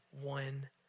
one